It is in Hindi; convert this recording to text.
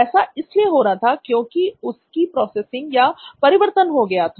ऐसा इसलिए हो रहा था क्योंकि उसकी प्रोसेसिंग या परिवर्तन हो गया था